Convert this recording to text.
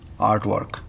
artwork